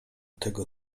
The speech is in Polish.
tego